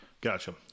Gotcha